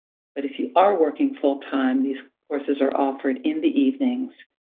but if you are working full time, these courses are offered in the evenings,